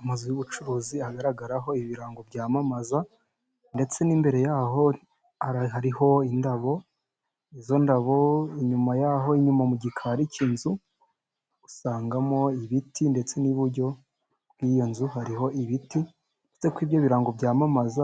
Amazu y'ubucuruzi agaragaraho ibirango byamamaza, ndetse n'imbere yaho hariho indabo, izo ndabo inyuma yaho, inyuma mu gikari cy'inzu usangamo ibiti, ndetse n'iburyo bw'iyo nzu hariho ibiti. Ndetse kuri ibyo birango byamamaza,